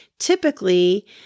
typically